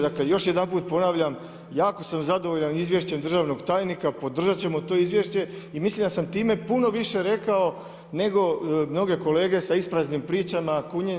Dakle, još jedanput ponavljam, jako sam zadovoljan izvješćem državnog tajnika, podržati ćemo to izvješće i mislim da sam time puno više rekao nego mnoge kolege s ispraznim pričama, kunjenjem.